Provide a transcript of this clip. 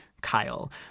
Kyle